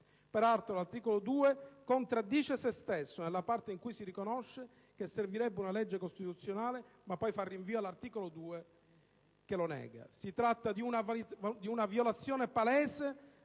Peraltro il provvedimento contraddice se stesso nella parte in cui si riconosce che servirebbe una legge costituzionale ma poi fa rinvio all'articolo 2 che lo nega. Si tratta di una violazione palese